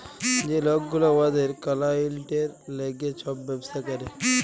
যে লক গুলা উয়াদের কালাইয়েল্টের ল্যাইগে ছব ব্যবসা ক্যরে